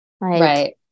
Right